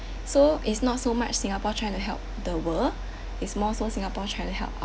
so is not so much singapore trying to help the world is more so singapore trying to help